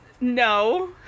no